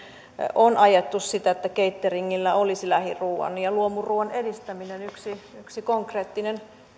on ajettu sitä että cateringillä olisi lähiruuan ja luomuruuan edistäminen yksi yksi konkreettinen